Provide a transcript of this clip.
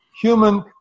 human